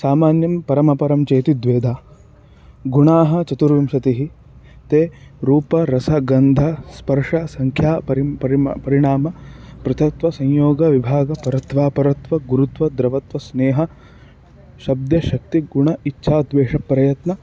सामान्यं परम् अपरञ्चेति द्वेधा गुणाः चतुर्विंशतिः ते रूपरसगन्धस्पर्शसङ्ख्यापरिंपरिमाणपरिणामपृथक्त्वसंयोगविभागपरत्वापरत्वगुरुत्वद्रवत्वस्नेहशब्दशक्तिगुण इच्छाद्वेषप्रयत्न